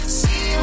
see